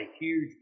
huge